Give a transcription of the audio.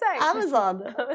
Amazon